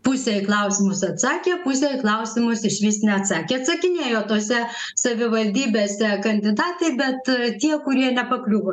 pusė į klausimus atsakė pusė į klausimus išvis neatsakė atsakinėjo tose savivaldybėse kandidatai bet tie kurie nepakliuvo